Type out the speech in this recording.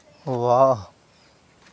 वाह